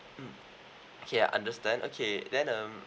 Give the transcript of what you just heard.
mm okay understand okay then um